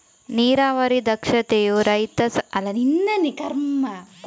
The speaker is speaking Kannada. ನೀರಾವರಿ ದಕ್ಷತೆಯು ರೈತ, ಸಮುದಾಯ ಮತ್ತು ವಿಶಾಲ ಪರಿಸರಕ್ಕೆ ಹಲವಾರು ಧನಾತ್ಮಕ ಫಲಿತಾಂಶಗಳನ್ನು ಹೊಂದಿದೆ